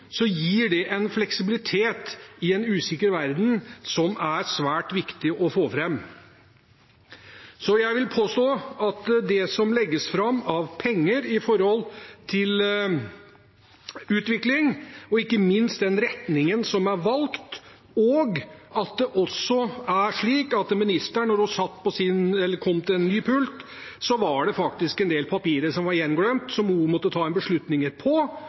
gir det en fleksibilitet i en usikker verden, noe som er svært viktig å få fram. Jeg vil påstå at det som legges fram av penger når det gjelder utvikling, viser en retning som er valgt. Det er også slik at da ministeren kom til ny pult, var det en del papirer som var gjenglemt, som hun måtte ta